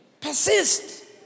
Persist